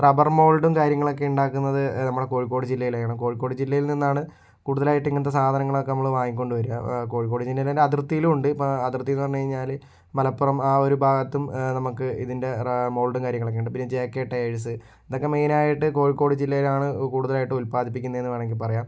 rubber മോൾഡും കാര്യങ്ങളൊക്കെ ഉണ്ടാക്കുന്നത് നമ്മുടെ കോഴിക്കോട് ജില്ലയിലാണ് കോഴിക്കോട് ജില്ലയിൽ നിന്നാണ് കൂടുതലായിട്ട് ഇങ്ങനത്തെ സാധനങ്ങളൊക്കെ നമ്മള് വാങ്ങിക്കൊണ്ടു വരിക കോഴിക്കോട് ജില്ലയിലെ അതിർത്തിയിലുണ്ട് ഇപ്പോൾ അതിർത്തി എന്ന് പറഞ്ഞു കഴിഞ്ഞാല് മലപ്പുറം ആ ഒരു ഭാഗത്തും നമുക്ക് ഇതിൻ്റെ മോൾഡും കാര്യങ്ങളൊക്കെ ഉണ്ട് പിന്നെ ജെ കെ ടയേഴ്സ് ഇതൊക്കെ മെയിനായിട്ട് കോഴിക്കോട് ജില്ലയിലാണ് കൂടുതൽ ആയിട്ടും ഉൽപാദിപ്പിക്കുന്നത് എന്ന് വേണമെങ്കിൽ പറയാം